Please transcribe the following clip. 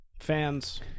Fans